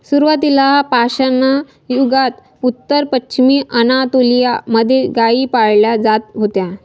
सुरुवातीला पाषाणयुगात उत्तर पश्चिमी अनातोलिया मध्ये गाई पाळल्या जात होत्या